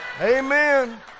Amen